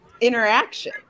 interaction